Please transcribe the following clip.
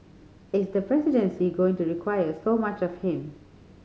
is the presidency going to require so much of him